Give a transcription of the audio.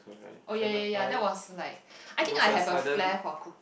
oh ya ya ya that was like I think I had a flair for cook